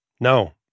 No